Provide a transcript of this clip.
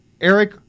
Eric